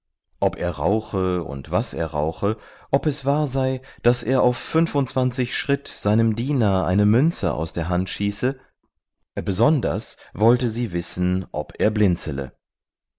ob er rauche und was er rauche ob es wahr sei daß er auf fünfundzwanzig schritt seinem diener eine münze aus der hand schieße besonders wollte sie aber wissen ob er blinzele